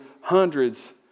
hundreds